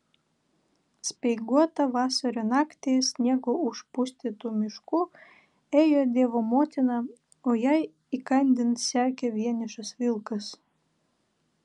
speiguotą vasario naktį sniego užpustytu mišku ėjo dievo motina o jai įkandin sekė vienišas vilkas